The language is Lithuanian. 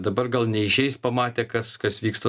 dabar gal neišeis pamatė kas kas vyksta